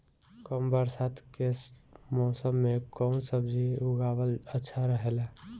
कम बरसात के मौसम में कउन सब्जी उगावल अच्छा रहेला?